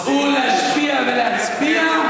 צאו להשפיע ולהצביע,